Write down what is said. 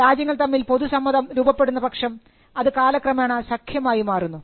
രാജ്യങ്ങൾ തമ്മിൽ പൊതു സമ്മതം രൂപപ്പെടുന്ന പക്ഷം അത് കാലക്രമേണ സഖ്യം ആയി മാറുന്നു